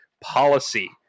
policy